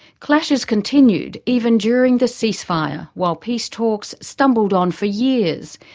clashes continued, even during the ceasefire while peace talks stumbled on for years.